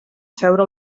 seure